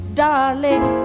darling